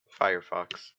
firefox